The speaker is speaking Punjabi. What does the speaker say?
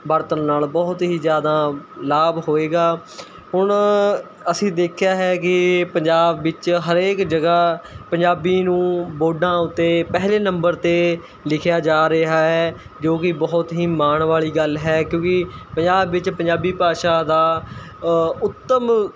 ਵਰਤਣ ਨਾਲ਼ ਬਹੁਤ ਹੀ ਜ਼ਿਆਦਾ ਲਾਭ ਹੋਏਗਾ ਹੁਣ ਅਸੀਂ ਦੇਖਿਆ ਹੈ ਕਿ ਪੰਜਾਬ ਵਿੱਚ ਹਰੇਕ ਜਗ੍ਹਾ ਪੰਜਾਬੀ ਨੂੰ ਬੋਰਡਾਂ ਉੱਤੇ ਪਹਿਲੇ ਨੰਬਰ 'ਤੇ ਲਿਖਿਆ ਜਾ ਰਿਹਾ ਹੈ ਜੋ ਕਿ ਬਹੁਤ ਹੀ ਮਾਣ ਵਾਲੀ ਗੱਲ ਹੈ ਕਿਉਂਕਿ ਪੰਜਾਬ ਵਿੱਚ ਪੰਜਾਬੀ ਭਾਸ਼ਾ ਦਾ ਉੱਤਮ